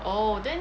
oh then